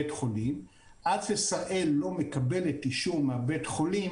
עד ששראל לא מקבלת אישור מבית החולים